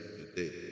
today